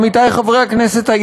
עמיתי חברי הכנסת,